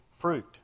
fruit